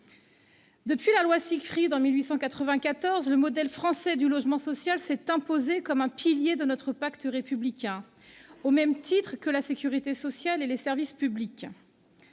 Depuis la loi Siegfried de 1894, le modèle français du logement social s'est imposé comme un pilier de notre pacte républicain, au même titre que la sécurité sociale et les services publics.